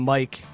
Mike